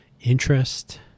interest